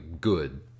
good